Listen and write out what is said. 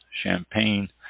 Champagne